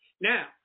Now